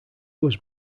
was